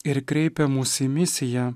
ir kreipia mus į misiją